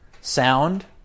sound